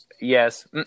Yes